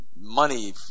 money